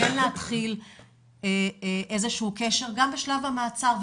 כן להתחיל איזה שהוא קשר גם בשלב המעצר,